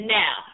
now